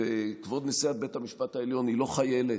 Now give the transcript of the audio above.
וכבוד נשיאת בית המשפט העליון היא לא חיילת,